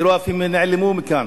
תראו, אפילו הם נעלמו מכאן.